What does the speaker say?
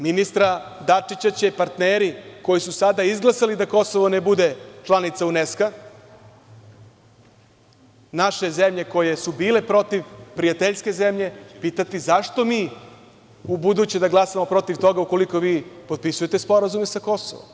Ministra Dačića će partneri, koji su sada izglasali da Kosovo ne bude članica UNESKO, naše zemlje koje su bile protiv, prijateljske zemlje, pitati – zašto mi u buduće da glasamo protiv toga, ukoliko vi potpisujete sporazume sa Kosovom?